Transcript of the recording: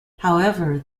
however